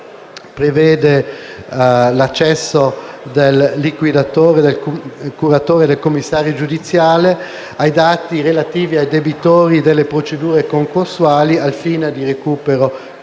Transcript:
prevede l'accesso del curatore, del liquidatore e del commissario giudiziale ai dati relativi ai debitori delle procedure concorsuali, ai fini del recupero